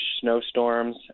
snowstorms